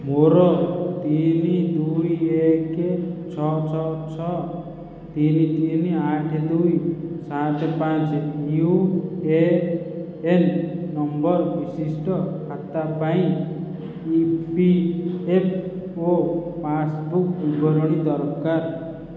ମୋ'ର ତିନି ଦୁଇ ଏକ ଛଅ ଛଅ ଛଅ ତିନି ତିନି ଆଠ ଦୁଇ ସାତ ପାଞ୍ଚ ୟୁଏଏନ୍ ନମ୍ବର ବିଶିଷ୍ଟ ଖାତା ପାଇଁ ଇପିଏଫ୍ଓ ପାସ୍ବୁକ୍ ବିବରଣୀ ଦରକାର